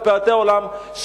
בפאתי העולם,